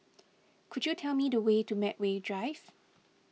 could you tell me the way to Medway Drive